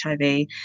HIV